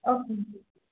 ஓகேங்க